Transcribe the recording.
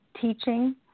teaching